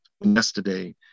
yesterday